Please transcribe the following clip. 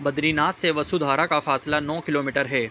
بدری ناتھ سے وسودھارا کا فاصلہ نو کلو میٹر ہے